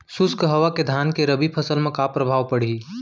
शुष्क हवा के धान के रबि फसल मा का प्रभाव पड़ही?